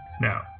Now